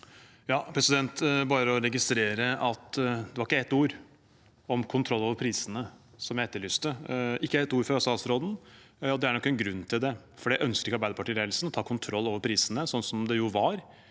er bare å regist- rere at det ikke var ett ord om kontroll over prisene, som jeg etterlyste – ikke ett ord fra statsråden. Det er nok en grunn til det, for det ønsker ikke Arbeiderpartiledelsen, å ta kontroll over prisene, slik det jo var